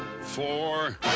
four